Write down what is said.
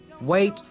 Wait